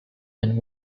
and